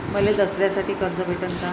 मले दसऱ्यासाठी कर्ज भेटन का?